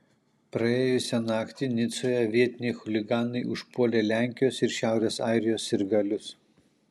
praėjusią naktį nicoje vietiniai chuliganai užpuolė lenkijos ir šiaurės airijos sirgalius